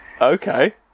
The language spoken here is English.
Okay